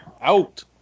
Out